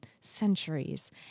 centuries